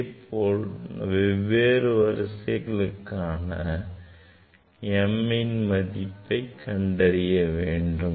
இதேபோல் நாம் வெவ்வேறு வரிசைகளுக்கான f mன் மதிப்பை கண்டறிய வேண்டும்